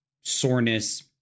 soreness